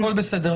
הכול בסדר.